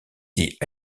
dit